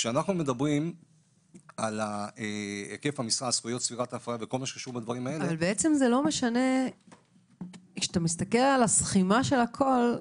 כשאתה מסתכל על הסכימה של הכול,